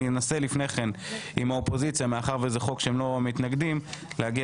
אנסה לפני כן עם האופוזיציה - זה חוק שהם לא מתנגדים - להגיע